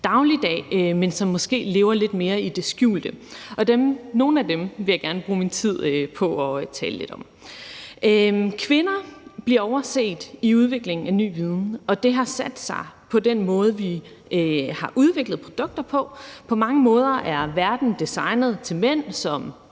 dagligdag, men som måske lever lidt mere i det skjulte. Og nogle af dem vil jeg gerne bruge min tid på at tale lidt om. Kvinder bliver overset i udviklingen af ny viden, og det har sat sig i den måde, vi har udviklet produkter på. På mange måder er verden designet til mænd,